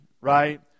right